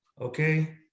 okay